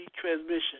transmission